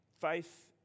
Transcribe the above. Faith